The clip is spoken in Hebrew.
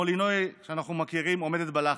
לינוי, כמו לינוי שאנחנו מכירים, עומדת בלחץ.